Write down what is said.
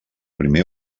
primer